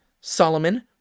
Solomon